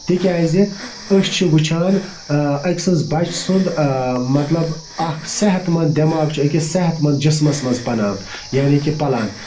تِکیٛازِ أسۍ چھِ وٕچھان أکۍ سٕنٛز بَچہٕ سُنٛد مطلب اَکھ صحت منٛد دٮ۪ماغ چھُ أکِس صحت منٛد جِسمَس منٛز پنان یعنی کہِ پلان